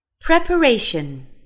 Preparation